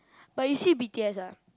but you see b_t_s ah